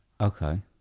Okay